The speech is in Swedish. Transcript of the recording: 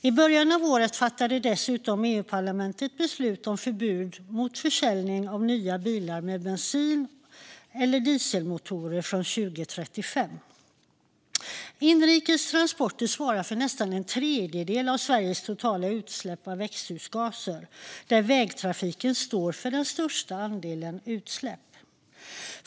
I början av året fattade dessutom EU-parlamentet beslut om förbud mot försäljning av nya bilar med bensin eller dieselmotorer från 2035. Inrikes transporter svarar för nästan en tredjedel av Sveriges totala utsläpp av växthusgaser. Där står vägtrafiken för den största andelen utsläpp.